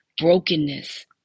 brokenness